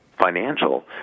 financial